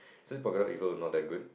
so the Pagoda evil not that good